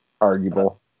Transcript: Arguable